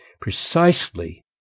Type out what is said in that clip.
precisely